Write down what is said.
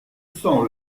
sens